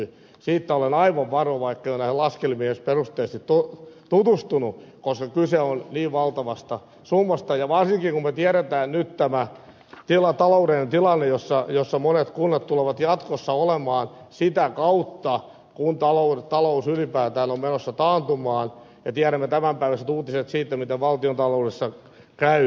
siitä olen aivan varma vaikka en ole näihin laskelmiin edes perusteellisesti tutustunut koska kyse on niin valtavasta summasta ja varsinkin kun tiedämme nyt tämän taloudellisen tilanteen jossa monet kunnat tulevat jatkossa olemaan sitä kautta kun talous ylipäätään on menossa taantumaan ja tiedämme tämänpäiväiset uutiset siitä miten valtiontaloudessa käy